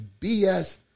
BS